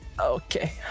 Okay